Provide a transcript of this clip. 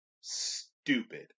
Stupid